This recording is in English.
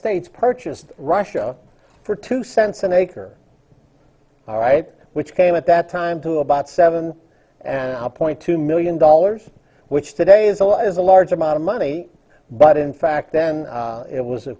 states purchased russia for two cents an acre all right which came at that time to about seven point two million dollars which today is a low is a large amount of money but in fact then it was